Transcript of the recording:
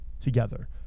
together